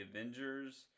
Avengers